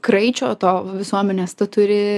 kraičio to visuomenės tu turi